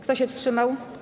Kto się wstrzymał?